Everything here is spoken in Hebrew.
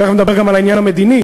תכף נדבר גם על העניין המדיני,